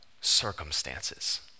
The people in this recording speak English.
circumstances